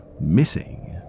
missing